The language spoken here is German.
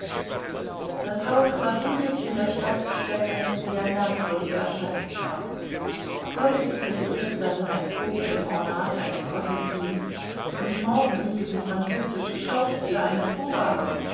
das haus chlobujews in der stadt stellte eine sehr merkwürdige erscheinung dar heute zelebrierte darin ein pope im ornat einen gottesdienst und morgen hielten französische schauspieler eine probe ab